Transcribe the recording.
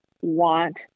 want